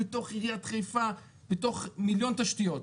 בתוך עיריית חיפה ובתוך מיליון תשתיות.